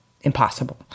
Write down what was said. impossible